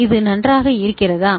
இது நன்றாக இருக்கிறதா